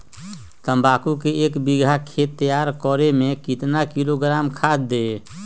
तम्बाकू के एक बीघा खेत तैयार करें मे कितना किलोग्राम खाद दे?